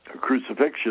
crucifixion